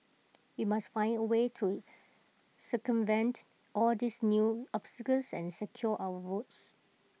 we must find A way to circumvent all these new obstacles and secure our votes